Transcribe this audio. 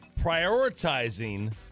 Prioritizing